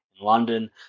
London